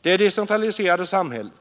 Det decentraliserade samhället,